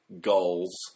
goals